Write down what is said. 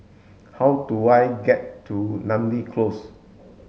how do I get to Namly Close